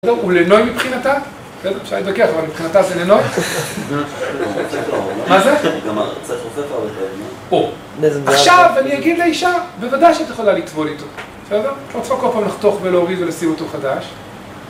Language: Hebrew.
הוא לנוי מבחינתה, אפשר להתווכח, אבל מבחינתה זה לנוי. מה זה? עכשיו אני אגיד לאישה, בוודאי שאת יכולה לטבול איתו, בסדר? לא צריכה כל פעם לחתוך ולהוריד ולשים אותו חדש